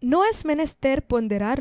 no es menester ponderar